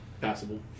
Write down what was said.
passable